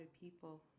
people